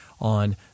on